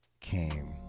Came